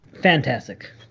fantastic